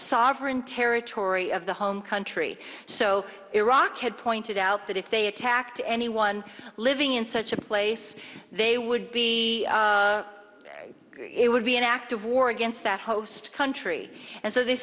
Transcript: sovereign territory of the home country so iraq had pointed out that if they attacked anyone living in such a place they would be it would be an act of war against that host country and so they